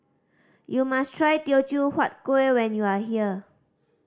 you must try Teochew Huat Kueh when you are here